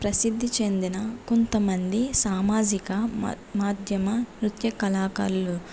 ప్రసిద్ధి చెందిన కొంత మంది సామాజిక మద్ మాధ్యమా నృత్య కళాకారులు